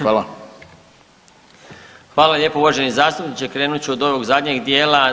Hvala lijepo uvaženi zastupniče, krenut ću od ovog zadnjeg dijela.